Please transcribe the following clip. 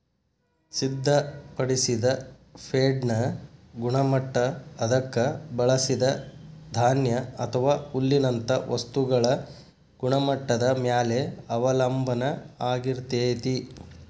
ಸಿದ್ಧಪಡಿಸಿದ ಫೇಡ್ನ ಗುಣಮಟ್ಟ ಅದಕ್ಕ ಬಳಸಿದ ಧಾನ್ಯ ಅಥವಾ ಹುಲ್ಲಿನಂತ ವಸ್ತುಗಳ ಗುಣಮಟ್ಟದ ಮ್ಯಾಲೆ ಅವಲಂಬನ ಆಗಿರ್ತೇತಿ